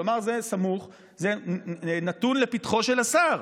כלומר, זה סמוך, זה נתון לפתחו של השר,